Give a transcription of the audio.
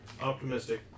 Optimistic